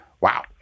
Wow